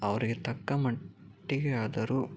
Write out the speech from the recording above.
ಅವರಿಗೆ ತಕ್ಕ ಮಟ್ಟಿಗೆ ಆದರೂ